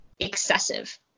Excessive